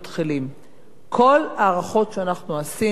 כל ההערכות שעשינו הן כאלה.